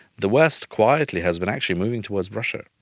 the west quietly has been actually moving towards russia.